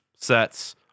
sets